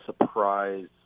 surprise